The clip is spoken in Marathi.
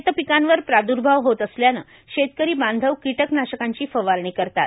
शेतपिकांवर प्रादुर्भाव होत असल्याने शेतकरी बांधव किटकनाशकांची फवारणी करतात